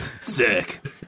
Sick